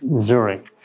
Zurich